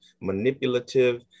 manipulative